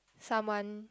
someone